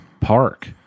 park